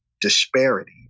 disparity